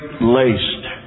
laced